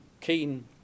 keen